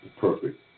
perfect